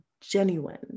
genuine